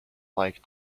like